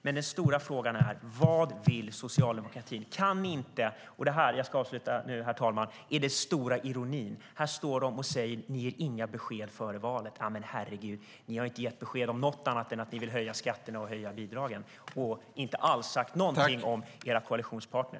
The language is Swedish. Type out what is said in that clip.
Men den stora frågan är: Vad vill ni i socialdemokratin? Den stora ironin ligger i att ni står här och säger att vi inte ger några besked före valet. Men herregud! Ni har inte gett besked om något annat än att ni vill höja skatterna och bidragen och inte alls sagt någonting om era koalitionspartner.